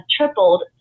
tripled